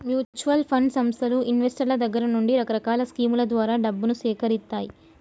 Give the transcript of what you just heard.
mutual fund సంస్థలు ఇన్వెస్టర్ల దగ్గర నుండి రకరకాల స్కీముల ద్వారా డబ్బును సేకరిత్తాయి